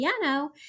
piano